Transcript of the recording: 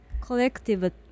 Collective